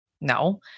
No